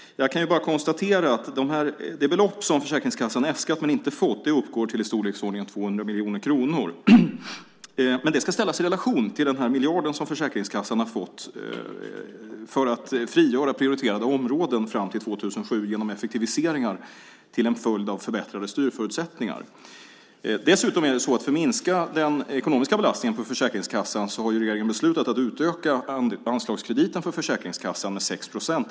Jag kan bara konstatera att det belopp som Försäkringskassan äskat men inte fått uppgår till i storleksordningen 200 miljoner kronor. Det ska ställas i relation till den miljard som Försäkringskassan har fått för att frigöra prioriterade områden fram till år 2007 genom effektiviseringar till följd av förbättrade styrförutsättningar. Dessutom är det så att för att minska den ekonomiska belastningen på Försäkringskassan har regeringen beslutat att utöka anslagskrediten för Försäkringskassan med 6 procent.